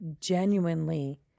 genuinely